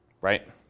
right